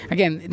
Again